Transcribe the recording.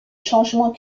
changement